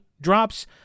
drops